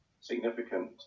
significant